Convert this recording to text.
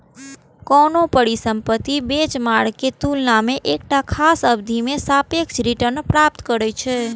कोनो परिसंपत्ति बेंचमार्क के तुलना मे एकटा खास अवधि मे सापेक्ष रिटर्न प्राप्त करै छै